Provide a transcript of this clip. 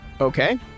Okay